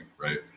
right